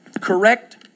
Correct